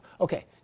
Okay